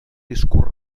discurs